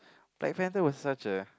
Black-Panther was such a